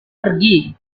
pergi